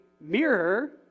mirror